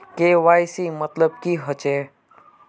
KYC मतलब की होचए?